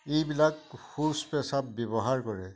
এইবিলাক শৌচ পেচাব ব্যৱহাৰ কৰে